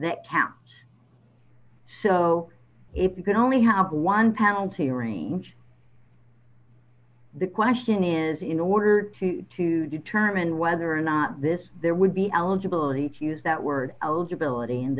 that counts so if you can only have one penalty range the question is in order to determine whether or not this there would be eligible he use that word eligibility in